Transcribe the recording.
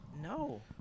No